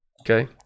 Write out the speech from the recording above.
okay